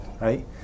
right